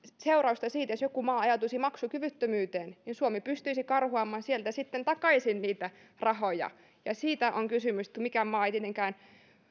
seurausta siitä että jos joku maa ajautuisi maksukyvyttömyyteen niin suomi pystyisi karhuamaan sieltä sitten takaisin niitä rahoja siitä on kysymys että mikään maa ei tietenkään